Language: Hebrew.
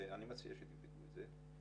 ואני מציע שתבדקו את זה,